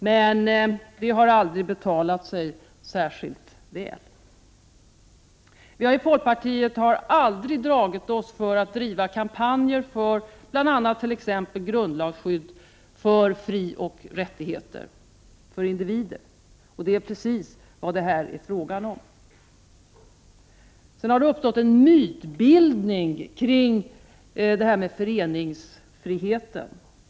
Men det har aldrig betalat sig särskilt väl. Vi har i folkpartiet aldrig dragit oss för att driva kampanjer för t.ex. grundlagsskydd för frioch rättigheter för individer, och det är precis vad det här är fråga om. Det har uppstått en mytbildning kring frågan om föreningsfriheten.